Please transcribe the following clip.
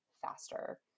faster